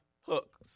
hooks